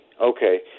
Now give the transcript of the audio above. okay